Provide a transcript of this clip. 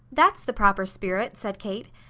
that's the proper spirit, said kate.